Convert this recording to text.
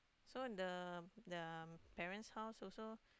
so the the parents' house also